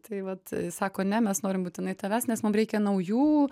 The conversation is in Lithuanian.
tai vat sako ne mes norim būtinai tavęs nes mum reikia naujų